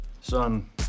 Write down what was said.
Son